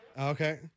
Okay